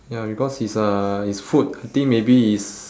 ya because it's uh it's food I think maybe it's